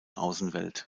außenwelt